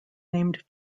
named